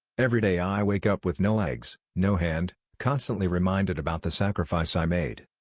everyday i wake up with no legs, no hand, constantly reminded about the sacrifice i made.